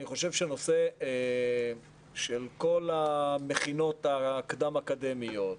הנושא של כל המכינות הקדם אקדמיות,